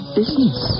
business